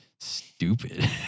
stupid